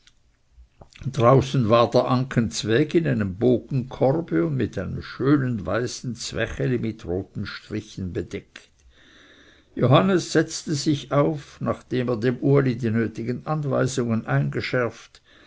draußen war der anken zweg in einem bogenkorbe und mit einem schönen weißen zwecheli mit roten strichen bedeckt johannes setzte sich auf nachdem er dem uli die nötigen anweisungen eingeschärft